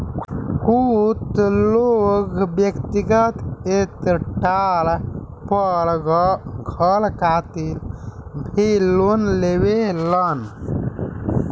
कुछ लोग व्यक्तिगत स्टार पर घर खातिर भी लोन लेवेलन